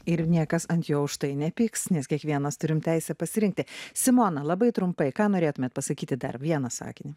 ir niekas ant jo už tai nepyks nes kiekvienas turim teisę pasirinkti simona labai trumpai ką norėtumėt pasakyti dar vieną sakinį